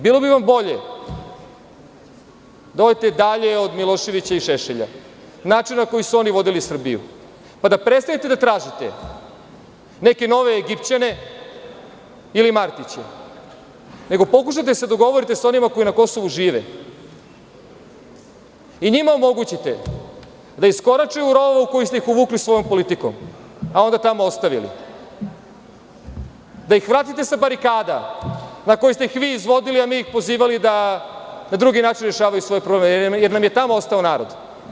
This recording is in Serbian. Bilo bi vam bolje da odete dalje od Miloševića i Šešelja, načina na koji su oni vodili Srbiju, pa da prestanete da tražite neke nove Egipćane ili Martiće, nego pokušajte da se dogovorite sa onima koji na Kosovu žive i njima omogućite da iskorače u raulu u koju ste ih uvukli svojom politikom, a onda tamo ostavili, da ih vratite sa barikada na koje ste ih vi izvodili, a mi ih pozivali da na drugi način rešavaju svoje probleme, jer namje tamo ostao narod.